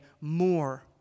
more